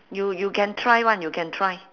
you you can try [one] you can try